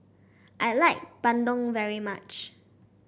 I like bandung very much